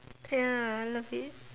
ya I love it